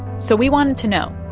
so we wanted to know,